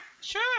Sure